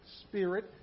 Spirit